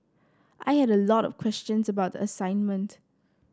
I had a lot of questions about the assignment